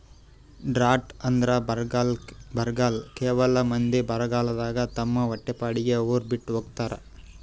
drought ಅಂದ್ರ ಬರ್ಗಾಲ್ ಕೆಲವ್ ಮಂದಿ ಬರಗಾಲದಾಗ್ ತಮ್ ಹೊಟ್ಟಿಪಾಡಿಗ್ ಉರ್ ಬಿಟ್ಟ್ ಹೋತಾರ್